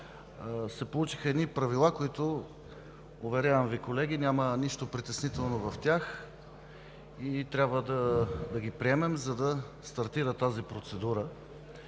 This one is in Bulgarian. се получиха едни правила, в които, уверявам Ви, колеги, няма нищо притеснително и трябва да ги приемем, за да стартира тази процедура.